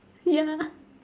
ya